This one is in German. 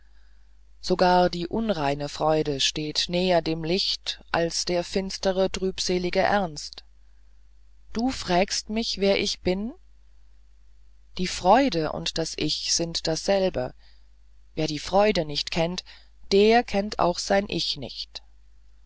sogar die unreine freude steht näher dem licht als der finstere trübselige ernst du frägst wer ich bin die freude und das ich sind dasselbe wer die freude nicht kennt der kennt auch sein ich nicht